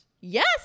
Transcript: Yes